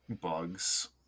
bugs